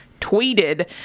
tweeted